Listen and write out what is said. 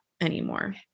anymore